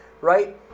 right